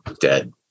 dead